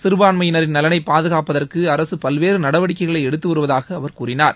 சிறுபான்மையினின் நலனை பாதுகாப்பதற்கு அரசு பல்வேறு நடவடிக்கைகளை எடுத்து வருவதாக அவர் கூறினார்